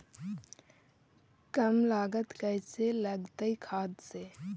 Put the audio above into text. कम लागत कैसे लगतय खाद से?